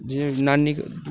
जि'यां नानी घ